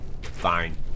fine